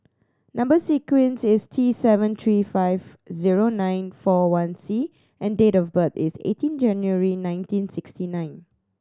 number sequence is T seven three five zero nine four one C and date of birth is eighteen January nineteen sixty nine